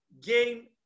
gain